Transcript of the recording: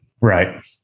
Right